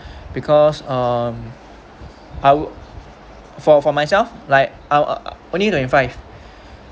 because um our for for myself like our only twenty five